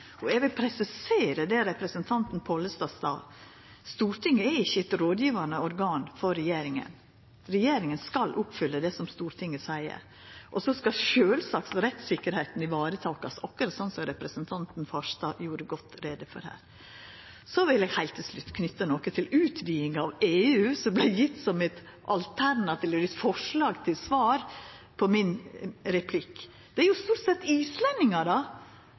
fleirtalsmerknader. Eg vil presisera det representanten Pollestad sa: Stortinget er ikkje eit rådgjevande organ for regjeringa. Regjeringa skal oppfylla det Stortinget seier, og så skal sjølvsagt rettssikkerheita varetakast, akkurat slik representanten Farstad gjorde godt greie for her. Så vil eg heilt til slutt knyta noko til utvidinga av EU som vart gjeven som eit alternativ eller eit forslag til svar på replikken min. Det er jo stort sett